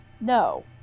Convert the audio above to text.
no